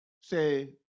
say